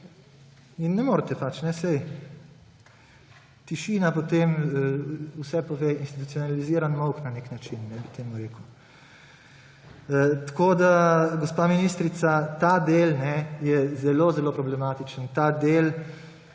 In ne morete … Pač, saj tišina potem vse pove. Institucionaliziran molk na nek način bi temu rekel. Tako, gospa ministrica, ta del je zelo zelo problematičen, ta del